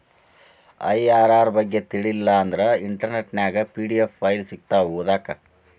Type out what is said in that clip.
IRR ಬಗ್ಗೆ ತಿಳಿಲಿಲ್ಲಾ ಅಂದ್ರ ಇಂಟರ್ನೆಟ್ ನ್ಯಾಗ ಪಿ.ಡಿ.ಎಫ್ ಫೈಲ್ ಸಿಕ್ತಾವು ಓದಾಕ್